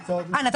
מה תקופת ההכשרה?